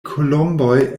kolomboj